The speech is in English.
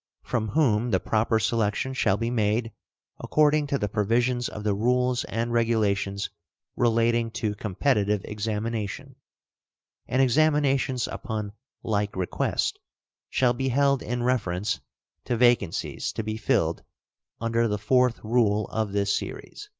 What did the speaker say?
from whom the proper selection shall be made according to the provisions of the rules and regulations relating to competitive examination and examinations upon like request shall be held in reference to vacancies to be filled under the fourth rule of this series.